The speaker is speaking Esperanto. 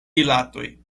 rilatoj